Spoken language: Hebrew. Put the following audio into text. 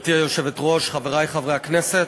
גברתי היושבת-ראש, חברי חברי הכנסת,